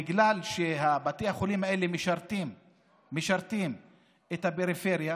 בגלל שבתי החולים האלה משרתים את הפריפריה,